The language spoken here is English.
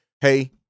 hey